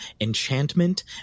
enchantment